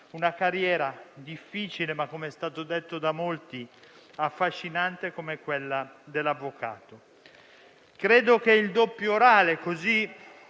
una carriera difficile ma - come è stato detto da molti - affascinante come quella dell'avvocato. Credo che la doppia prova orale, così